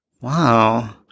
Wow